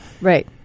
Right